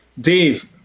dave